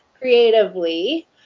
creatively